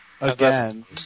Again